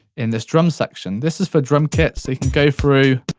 in this drum section. this is for drum kits, so you go through,